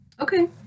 Okay